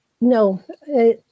no